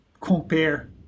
compare